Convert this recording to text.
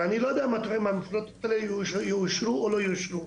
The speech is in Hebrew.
ואני לא יודע מתי התוכניות האלה יאושרו או לא יאושרו.